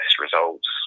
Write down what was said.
results